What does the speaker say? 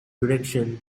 direction